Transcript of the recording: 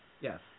Yes